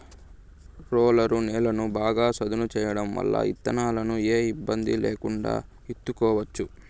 roller నేలను బాగా సదును చేయడం వల్ల ఇత్తనాలను ఏ ఇబ్బంది లేకుండా ఇత్తుకోవచ్చు